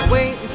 Wait